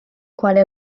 quale